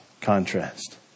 contrast